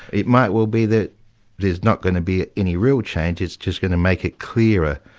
it might well be that there's not going to be any real change, it's just going to make it clearer.